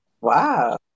Wow